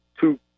two